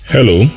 Hello